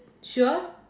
sure